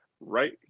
right